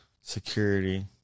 security